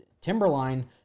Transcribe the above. Timberline